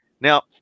now